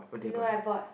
you know what I bought